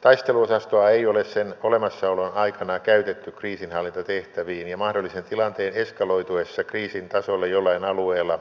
taisteluosastoa ei ole sen olemassaolon aikana käytetty kriisinhallintatehtäviin ja mahdollisen tilanteen eskaloituessa kriisin tasolle jollain alueella